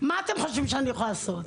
מה אתם חושבים שאני מסוגלת לעשות?